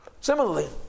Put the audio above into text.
similarly